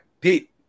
Pete